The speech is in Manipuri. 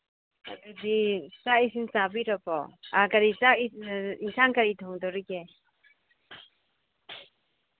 ꯑꯗꯨꯗꯤ ꯆꯥꯛ ꯏꯁꯤꯡ ꯆꯥꯕꯤꯔꯕꯣ ꯏꯟꯁꯥꯡ ꯀꯔꯤ ꯊꯣꯡꯗꯧꯔꯤꯕꯒꯦ